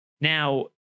Now